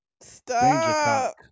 stop